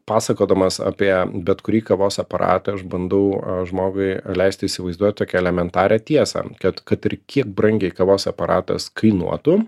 pasakodamas apie bet kurį kavos aparatą aš bandau žmogui leisti įsivaizduot tokią elementarią tiesą kad kad ir kiek brangiai kavos aparatas kainuotų